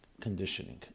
conditioning